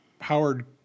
Howard